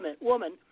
woman